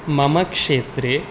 मम क्षेत्रे